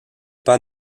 pas